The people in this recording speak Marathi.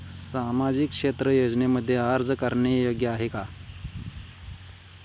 सामाजिक क्षेत्र योजनांमध्ये अर्ज करणे योग्य आहे का?